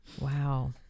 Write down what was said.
Wow